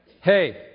Hey